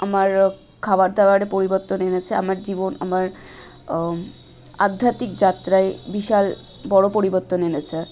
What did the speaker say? আমার খাবার দাবারে পরিবর্তন এনেছে আমার জীবন আমার আধ্যাত্মিক যাত্রায় বিশাল বড়ো পরিবর্তন এনেছে